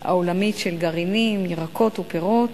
העולמית של גרעינים, ירקות ופירות,